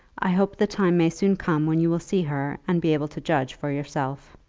i hope the time may soon come when you will see her, and be able to judge for yourself.